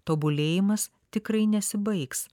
tobulėjimas tikrai nesibaigs